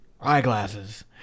eyeglasses